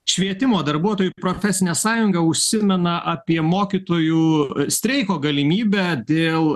švietimo darbuotojų profesinė sąjunga užsimena apie mokytojų streiko galimybę dėl